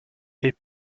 est